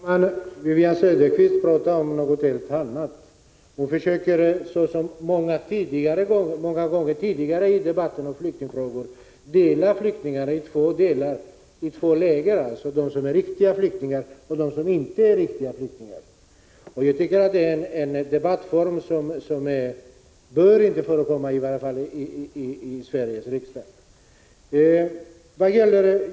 Herr talman! Wivi-Anne Cederqvist talar om något helt annat. Hon försöker, som så många gånger tidigare i debatten om flyktingfrågor, dela flyktingarna i två läger, nämligen de som är riktiga flyktingar och de som inte ärriktiga flyktingar. Det är en debattform som inte bör förekomma i Sveriges riksdag.